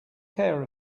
care